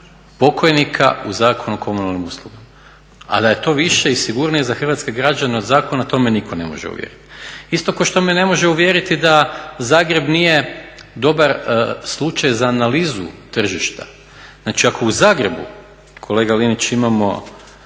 pokojnika u Zakonu o komunalnim uslugama, a da je to više i sigurnije za hrvatske građane od zakona to me nitko ne može uvjeriti. Isto ko što me ne može uvjeriti da Zagreb nije dobar slučaj za analizu tržišta. Znači, ako u Zagrebu kolega Linić imamo